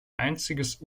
einziges